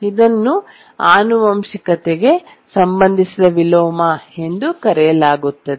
ಇದನ್ನು ಆನುವಂಶಿಕತೆಗೆ ಸಂಬಂಧಿಸಿದ ವಿಲೋಮ ಎಂದು ಕರೆಯಲಾಗುತ್ತದೆ